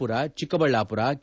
Pura Chikkaballapur K